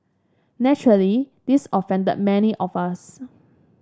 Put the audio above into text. naturally this offended many of us